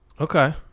okay